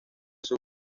sus